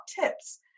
tips